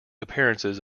appearances